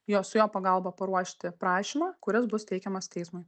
jo su jo pagalba paruošti prašymą kuris bus teikiamas teismui